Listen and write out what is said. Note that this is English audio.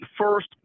First